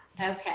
okay